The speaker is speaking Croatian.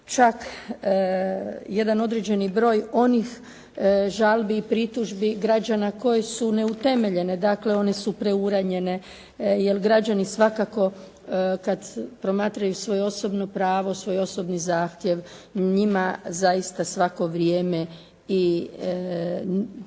čak jedan određeni broj onih žalbi i pritužbi građana koji su neutemeljene, dakle one su preuranjene, jer građani svakako kada promatraju svoje osobno pravo, svoje osobni zahtjev njima zaista svako vrijeme i nije